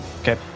Okay